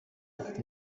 dufite